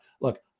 Look